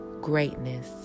greatness